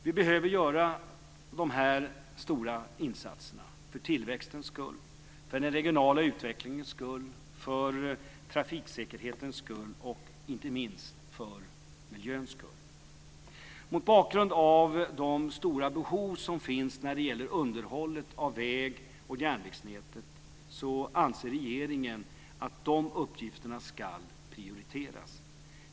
Vi behöver göra de här stora insatserna för tillväxtens skull, för den regionala utvecklingens skull, för trafiksäkerhetens skull och inte minst för miljöns skull. Mot bakgrund av de stora behov som finns när det gäller underhållet av väg och järnvägsnätet anser regeringen att de uppgifterna ska prioriteras.